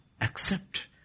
Accept